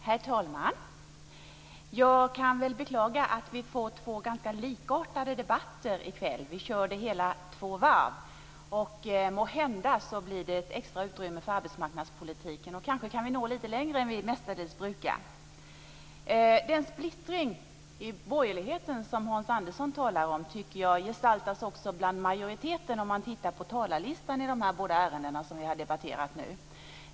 Herr talman! Jag beklagar att vi får två ganska likartade debatter i kväll. Vi kör det hela två varv. Måhända blir det ett extra utrymme för arbetsmarknadspolitiken. Kanske kan vi nå lite längre än vi mestadels brukar. Den splittring i borgerligheten som Hans Andersson talar om tycker jag gestaltas också i majoriteten om man tittar på talarlistan i de båda ärenden som vi har debatterat nu.